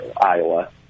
Iowa